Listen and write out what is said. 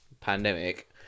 pandemic